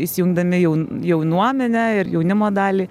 įsijungdami jau jaunuomenę ir jaunimo dalį